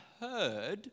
heard